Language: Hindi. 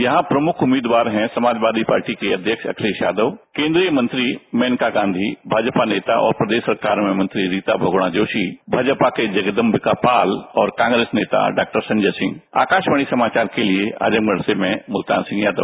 यहां प्रमुख उम्मीदवार है समाजवादी पार्टी के अध्यक्ष अखिलेश यादव केंद्रीय मंत्री मेनका गांधी भाजपा नेता और प्रदेश सरकार में मंत्री रीता बहुगुणा जोशी भाजपा के जगदबिका पाल और कांग्रेस नेता डॉक्टर संजय सिंह आकाशवाणी समाचार के लिए आज़मगढ़ से मैं मुल्तान सिंह यादव